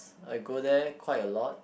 I go there quite a lot